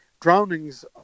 drownings